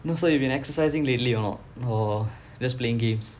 no so you've been exercising lately or not or just playing games